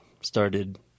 started